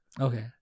Okay